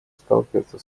сталкиваться